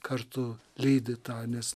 kartu lydi tą nes